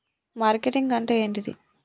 Marketing అంటే ఏంటిది?